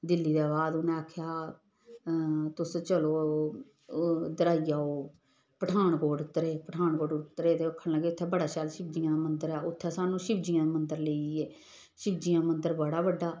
दिल्ली दे बाद उ'नें आखेआ तुस चलो इद्धर आई जाओ पठानकोट उतरे पठानकोट उतरे ते ओह् आखन लग इत्थै बड़ा शैल शिवजियें दा मंदर ऐ उत्थै सानूं शिवजियें दा मंदर लेई गे शिवजी दा मंदर बड़ा बड्डा